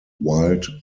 wild